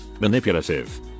manipulative